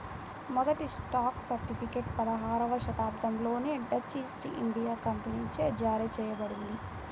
మొదటి stock certificate పదహారవ శతాబ్దంలోనే డచ్ ఈస్ట్ ఇండియా కంపెనీచే జారీ చేయబడింది